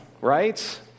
right